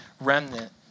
remnant